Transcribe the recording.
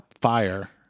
fire